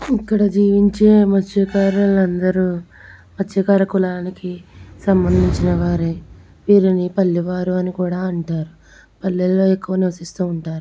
ఇక్కడ జీవించే మత్స్యకారులు అందరు మత్స్యకారులు కులానికి సంబంధించిన వారు వీరిని పల్లె వారు అని కూడా అంటారు పల్లెలలో ఎక్కువ నివసిస్తు ఉంటారు